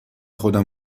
خودم